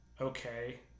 okay